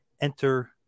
Enter